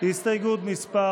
הסתייגות מס'